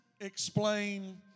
explain